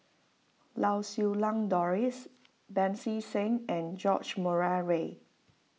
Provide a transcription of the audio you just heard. Lau Siew Lang Doris Pancy Seng and George Murray Reith